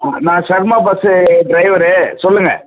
நான் Sharma bus driver சொல்லுங்கள்